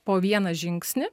po vieną žingsnį